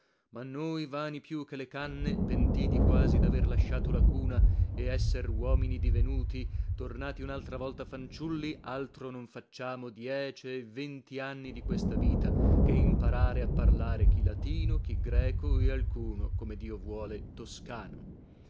ma noi vani più che le canne pentiti quasi daver lasciato la cuna e esser uomini divenuti tornati unaltra volta fanciulli altro non facciamo diece e venti anni di questa vita che imparare a parlare chi latino chi greco e alcuno